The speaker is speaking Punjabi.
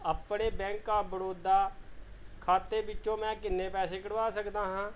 ਆਪਣੇ ਬੈਂਕ ਆਫ ਬੜੌਦਾ ਖਾਤੇ ਵਿੱਚੋ ਮੈਂ ਕਿੰਨੇ ਪੈਸੇ ਕਢਵਾ ਸਕਦਾ ਹਾਂ